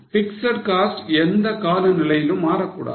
Theoretically fixed cost எந்த கால நிலையிலும் மாறக்கூடாது